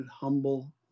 humble